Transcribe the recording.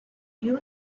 you